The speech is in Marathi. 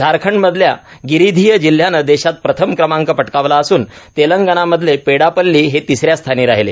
झारखंडमधल्या गिरिधीह जिल्ह्यानं देशात प्रथम क्रमांक पटकावला असून तेलंगणामधले पेडापल्ली हे तिसऱ्या स्थानी राहिले